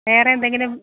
വേറെ എന്തെങ്കിലും